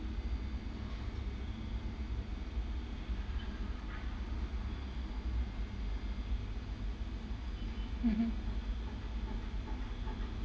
mmhmm